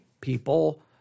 people